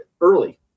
early